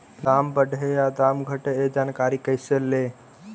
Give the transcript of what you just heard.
दाम बढ़े या दाम घटे ए जानकारी कैसे ले?